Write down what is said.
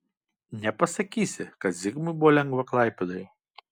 nepasakysi kad zigmui buvo lengva klaipėdoje